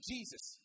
Jesus